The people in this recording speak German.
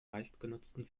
meistgenutzten